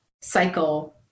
cycle